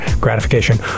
gratification